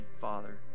Father